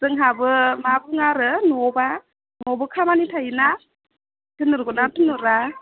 जोंहाबो मा बुङो आरो न'आवबा न'आवबो खामानि थायोना थिनहरगोनना थिनहरा